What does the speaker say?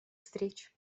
встреч